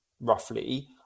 roughly